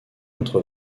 entre